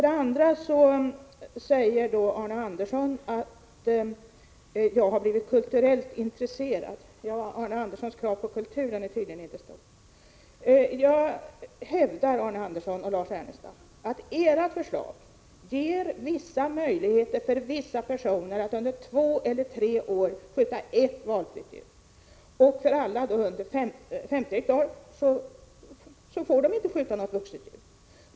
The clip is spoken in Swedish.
Vidare påstod Arne Andersson att jag blivit kulturellt intresserad. Arne Anderssons krav på kultur är tydligen inte stora. Jag hävdar, Arne Andersson och Lars Ernestam, att era förslag ger vissa möjligheter för vissa personer att under två eller tre år skjuta ett valfritt djur. För alla markägare som har en areal understigande 50 ha gäller att de inte får skjuta något vuxet djur.